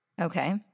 okay